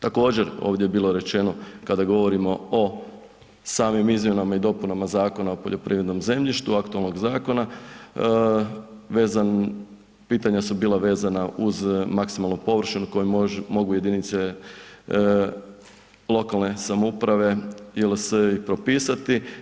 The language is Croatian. Također, ovdje je bilo rečeno kada govorimo o samim izmjenama i dopunama Zakona o poljoprivrednom zemljištu, aktualnog zakona, vezan, pitanja su bila vezana uz maksimalnu površinu koju mogu jedinice lokalne samouprave ili se propisati.